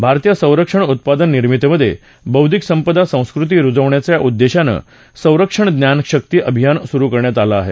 भारतीय संरक्षण उत्पादन निर्मितीमधे बौद्वीक संपदा संस्कृती रुजवण्याच्या उद्देशानं संरक्षण ज्ञान शक्ती अभियान सुरु करण्यात आलं आहे